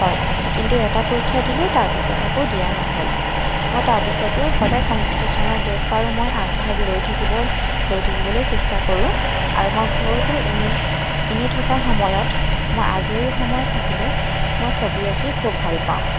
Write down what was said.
হয় কিন্তু এটা পৰীক্ষা দিলো তাৰপিছত আকৌ দিয়া নহ'ল মই তাৰ পিছতো সদাই কম্পিটিশ্যনত য'ত পাৰো মই আগভাগ লৈ থাকিব লৈ থাকিবলৈ চেষ্টা কৰো আৰু মই ঘৰতো এনে এনে থকা সময়ত মই আজৰি সময় থাকিলে মই ছবি আঁকি খুব ভাল পাওঁ